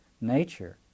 nature